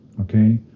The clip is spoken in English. okay